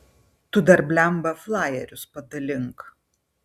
tu dar blemba flajerius padalink